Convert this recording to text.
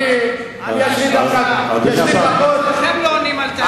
אני, אצלכם לא עונים לטלפון.